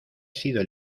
sido